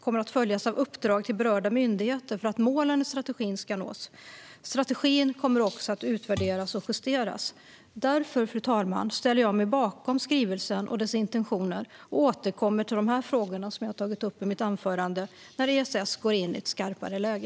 kommer att följas av uppdrag till berörda myndigheter för att målen i strategin ska nås. Strategin kommer också att utvärderas och justeras. Därför, fru talman, ställer jag mig bakom skrivelsen och dess intentioner och återkommer till de frågor som jag har tagit upp i mitt anförande när ESS går in i ett skarpare läge.